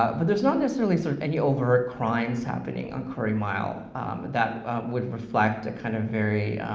ah but there's not necessarily sort of any overt crimes happening on curry mile but that would reflect a kind of very